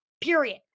period